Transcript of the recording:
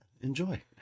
Enjoy